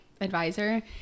advisor